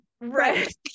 right